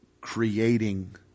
creating